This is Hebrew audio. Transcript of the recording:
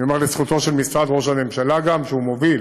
אני אומר לזכותו של משרד ראש הממשלה שהוא מוביל